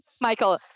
michael